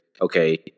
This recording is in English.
Okay